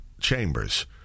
Chambers